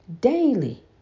daily